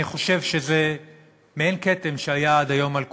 אני חושב שזה מעין כתם שהיה עד היום על כולנו,